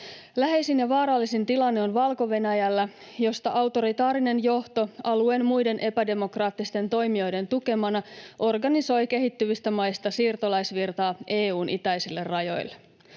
Läheisin ja vaarallisin tilanne on Valko-Venäjällä, josta autoritaarinen johto alueen muiden epädemokraattisten toimijoiden tukemana organisoi kehittyvistä maista siirtolaisvirtaa EU:n itäisille rajoille.